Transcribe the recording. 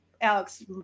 alex